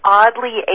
oddly